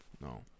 No